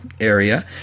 area